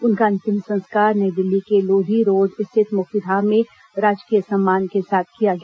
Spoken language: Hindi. उनका अंतिम संस्कार नई दिल्ली को लोघी रोड स्थित मुक्तिधाम में राजकीय सम्मान के साथ किया गया